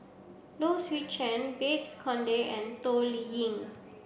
Low Swee Chen Babes Conde and Toh Liying